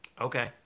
Okay